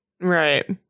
Right